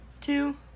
two